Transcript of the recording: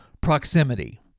proximity